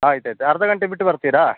ಆಯ್ತು ಆಯ್ತು ಅರ್ಧ ಗಂಟೆ ಬಿಟ್ಟು ಬರ್ತಿರಾ